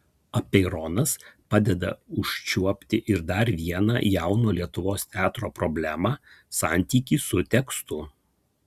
apeironas padeda užčiuopti ir dar vieną jauno lietuvos teatro problemą santykį su tekstu